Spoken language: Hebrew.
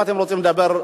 אם אתם רוצים לדבר,